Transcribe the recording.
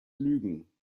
lügen